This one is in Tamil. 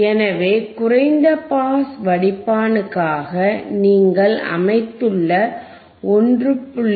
எனவே குறைந்த பாஸ் வடிப்பானுக்காக நீங்கள் அமைத்துள்ள 1